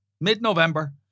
mid-November